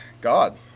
God